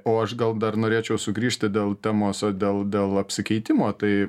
o aš gal dar norėčiau sugrįžti dėl temos dėl dėl apsikeitimo tai